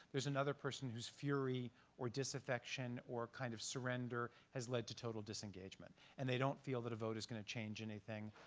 there's another person whose fury or disaffection or kind of surrender has led to total disengagement and they don't feel that a vote is going to change anything.